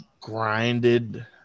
grinded